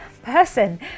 person